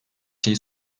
şey